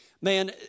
Man